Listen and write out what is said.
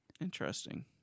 Interesting